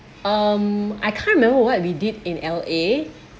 um I can't remember what we did in L_A